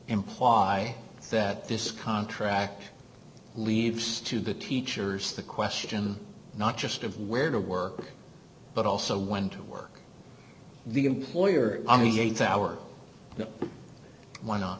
imply that this contract leaves to the teachers the question not just of where to work but also when to work the employer obviates our one on